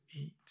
eat